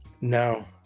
No